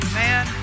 man